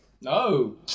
No